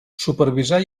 supervisar